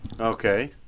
Okay